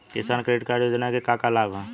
किसान credit card योजना के का का लाभ ह?